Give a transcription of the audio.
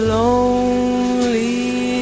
lonely